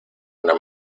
una